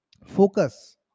focus